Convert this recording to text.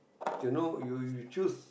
till know you you choose